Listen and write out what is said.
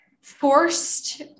forced